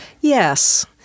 Yes